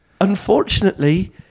Unfortunately